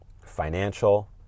financial